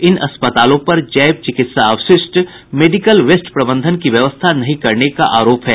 इन अस्पतालों पर जैव चिकित्सा अवशिष्ट प्रबंधन की व्यवस्था नहीं करने का आरोप है